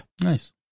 Nice